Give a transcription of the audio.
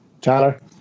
Tyler